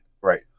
Right